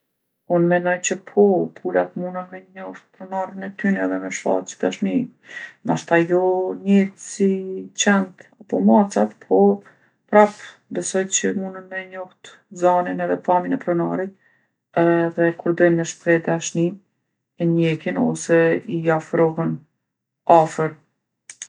Unë menoj qe po, pulat munën me njoftë pronarin e tyne edhe me shfaq dashni. Nashta jo njejtë si qentë apo macat, po prap besoj që munën me njoftë zanin edhe pamjen e pronarit, edhe kur dojnë me shpreh dashni e njekin ose i afrohen afër.